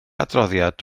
adroddiad